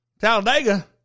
Talladega